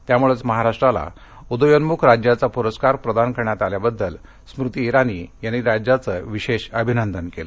त्यामुळेच महाराष्ट्राला उदयोन्मुख राज्याचा पुरस्कार प्रदान करण्यात आल्याबद्दल स्मृती इरानी यांनी राज्याचे विशेष अभिनंदन केले